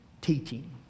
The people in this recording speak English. teaching